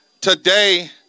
Today